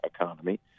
economy